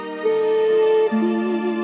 baby